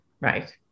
Right